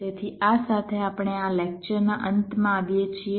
તેથી આ સાથે આપણે આ લેકચરના અંતમાં આવીએ છીએ